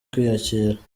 kwiyakira